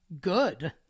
Good